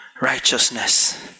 righteousness